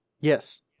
Yes